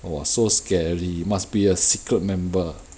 !wah! so scary must be a secret member